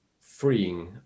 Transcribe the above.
freeing